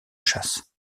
chasse